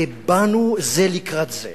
ובאנו זה לקראת זה.